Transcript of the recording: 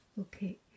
Okay